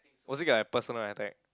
was it like a personal attack